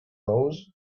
rose